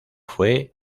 fue